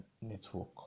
network